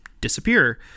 disappear